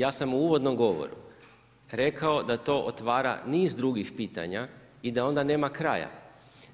Ja sam u uvodnom govoru rekao da to otvara niz drugih pitanja i da onda nema kraja